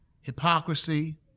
hypocrisy